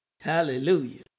Hallelujah